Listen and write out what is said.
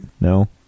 No